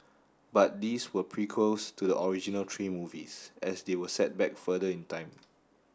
but these were prequels to the original three movies as they were set back further in time